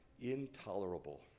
intolerable